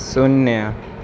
शून्य